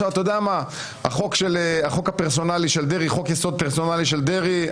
החוק יסוד הפרסונלי של דרעי,